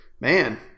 man